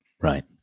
Right